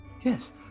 Yes